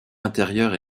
intérieure